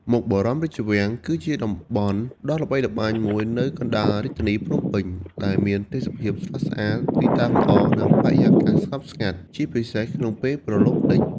មុខបរមរាជវាំង គឺជាតំបន់ដ៏ល្បីល្បាញមួយនៅកណ្ដាលរាជធានីភ្នំពេញ ដែលមានទេសភាពស្រស់ស្អាត ទីតាំងល្អ និងបរិយាកាសស្ងប់ស្ងាត់ ជាពិសេសក្នុងពេលព្រលប់លិច។